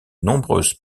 nombreuses